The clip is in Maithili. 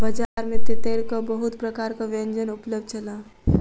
बजार में तेतैरक बहुत प्रकारक व्यंजन उपलब्ध छल